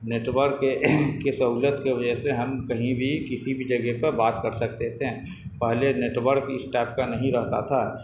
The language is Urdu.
نیٹ ورک کی سہولت کے وجہ سے ہم کہیں بھی کسی بھی جگہ پر بات کر سکتے تھے پہلے نیٹ ورک اس ٹائپ کا نہیں رہتا تھا